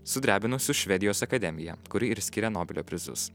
sudrebinusių švedijos akademija kuri ir skiria nobelio prizus